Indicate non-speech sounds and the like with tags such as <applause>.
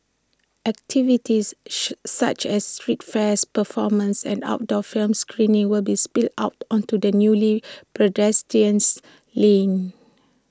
activities <noise> such as street fairs performances and outdoor film screenings will be spill out onto the newly pedestrianised lane